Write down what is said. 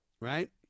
right